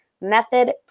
Method